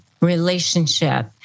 relationship